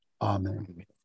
Amen